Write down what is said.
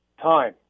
time